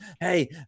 hey